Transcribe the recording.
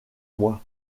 moi